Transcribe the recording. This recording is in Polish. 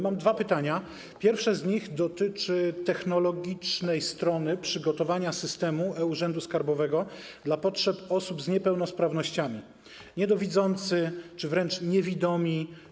Mam dwa pytania, pierwsze z nich dotyczy technologicznej strony przygotowania, dostosowania systemu urzędu skarbowego do potrzeb osób z niepełnosprawnościami, niedowidzących czy wręcz niewidomych.